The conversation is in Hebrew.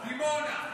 דימונה.